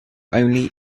only